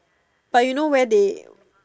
but you know where they